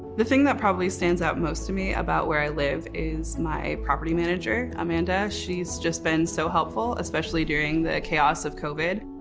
the thing that probably stands out most to me about where i live, is my property manager, amanda, she's just been so helpful, especially during the chaos of covid.